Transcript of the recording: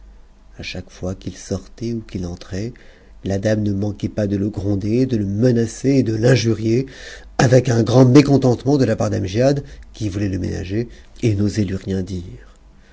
a chaque fois qu'il sortait ou qu'il entrait la dame ne manquait pas de le gronder de le menacer et de l'injurier avec un grand mécontentement de la part d'amgiad qui voulait le ménager et t'osait lui rien dire